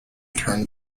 turn